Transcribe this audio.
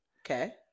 Okay